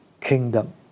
kingdom